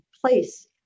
place